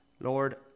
Lord